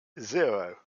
zero